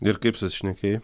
ir kaip susišnekėjai